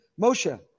Moshe